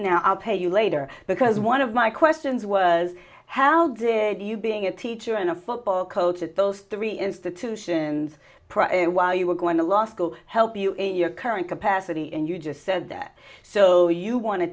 now i'll pay you later because one of my questions was how did you being a teacher and a football coach at those three institutions while you were going to law school help you in your current capacity and you just said that so the you want to